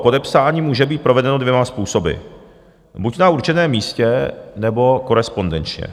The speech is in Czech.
Podepsání může být provedeno dvěma způsoby, buď na určeném místě, nebo korespondenčně.